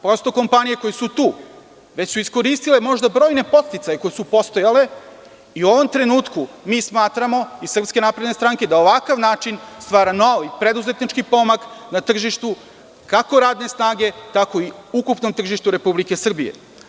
Novoosnovane kompanije koje su tu već su iskoristile možda brojne podsticaje koji su postojali i u ovom trenutku mi iz SNS smatramo da ovakav način stvara novi preduzetnički pomak na tržištu, kako radne snage, tako i u ukupnom tržištu Republike Srbije.